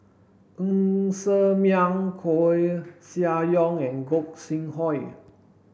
Ng Ser Miang Koeh Sia Yong and Gog Sing Hooi